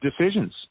decisions